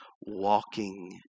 walking